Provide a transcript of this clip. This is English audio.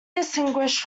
distinguished